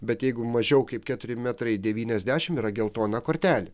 bet jeigu mažiau kaip keturi metrai devyniasdešimt yra geltona kortelė